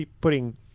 putting